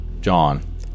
John